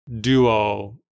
Duo